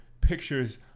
pictures